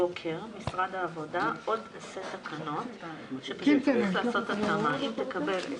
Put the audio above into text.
10:06.